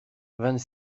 vingt